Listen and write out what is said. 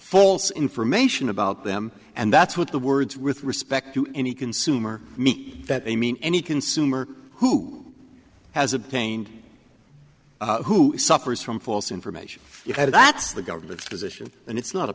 false information about them and that's what the words with respect to any consumer me that they mean any consumer who has obtained who suffers from false information you have that's the government's position and it's not a